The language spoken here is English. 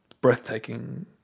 breathtaking